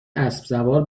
اسبسوار